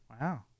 Wow